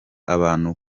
abantu